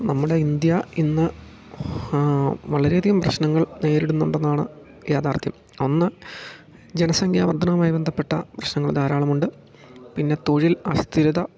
നമ്മുടെ ഇന്ത്യ ഇന്ന് വളരെ അധികം പ്രശ്നങ്ങൾ നേരിടുന്നുണ്ടെന്നാണ് യാഥാർത്ഥ്യം അന്ന് ജനസംഖ്യ വർദ്ധനവുമായി ബന്ധപ്പെട്ട പ്രശ്നങ്ങൾ ധാരാളമുണ്ട് പിന്നെ തൊഴിൽ അസ്ഥിരത